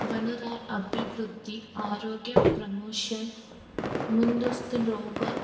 వనురా అభివృద్ధి ఆరోగ్య ప్రమోషన్ ముందస్తు రోగ